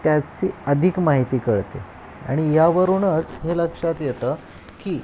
त्याची अधिक माहिती कळते आणि यावरूनच हे लक्षात येतं की